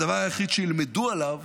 הדבר היחיד שיִלְמְדו עליו